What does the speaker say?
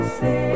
say